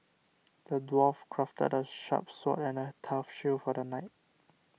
the dwarf crafted a sharp sword and a tough shield for the knight